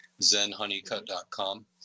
zenhoneycut.com